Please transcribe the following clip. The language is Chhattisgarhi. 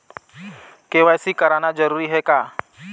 के.वाई.सी कराना जरूरी है का?